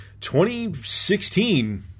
2016